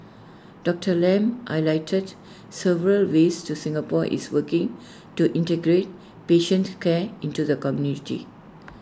Doctor Lam highlighted several ways to Singapore is working to integrate patient care into the community